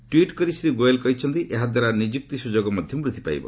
tweet କରି ଶ୍ରୀ ଗୋୟଲ୍ କହିଛନ୍ତି ଏହା ଦ୍ୱାରା ନିଯୁକ୍ତି ସୁଯୋଗ ମଧ୍ୟ ବୃଦ୍ଧି ପାଇବ